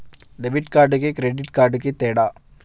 Debit కార్డుకి credit కార్డుకి తేడా?